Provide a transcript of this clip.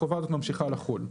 החובה הזאת ממשיכה לחול.